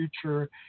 future